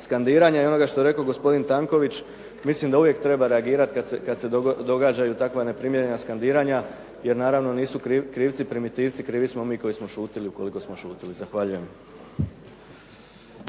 skandiranja i onoga što je rekao gospodin Tanković, mislim da uvijek treba reagirati kada se događaju takva neprimjerena skandiranja jer naravno nisu krivi primitivci, krivi smo mi koji smo šutjeli ukoliko smo šutjeli. Zahvaljujem. **Šeks,